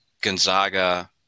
gonzaga